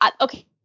okay